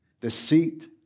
deceit